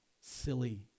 silly